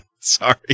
sorry